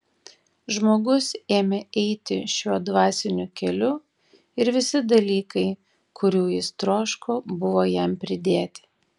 žmogus ėmė eiti šiuo dvasiniu keliu ir visi dalykai kurių jis troško buvo jam pridėti